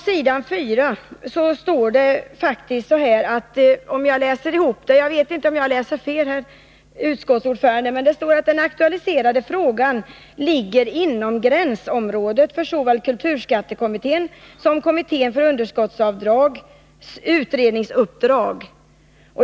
Jag vet inte, herr utskottsordförande, om jag fattar fel, men det står faktiskt på s. 4 att den ”aktualiserade frågan ——— ligger —-—-— inom gränsområdet för såväl kulturskattekommitténs som kommitténs för underskottsavdrag utredningsuppdrag.